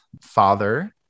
father